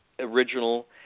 original